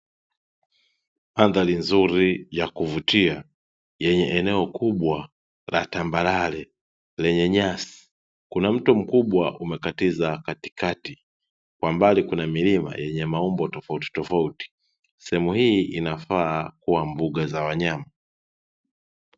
Mandhari nzuri ya kuvutia yenye eneo kubwa la tambarare lenye nyasi, kuna mto mkubwa uliokatiza katikati, kwa mbali kuna milima yenye maumbo tofautitofauti. Sehemu hii inafaa kuwa mbuga za wanyama.